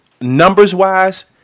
numbers-wise